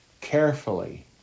carefully